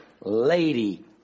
lady